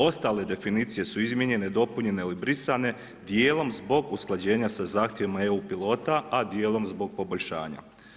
Ostale definicije su izmijenjene, dopunjene ili brisane dijelom zbog usklađenja sa zahtjevima EU pilota da dijelom zbog poboljšanja.